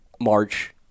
March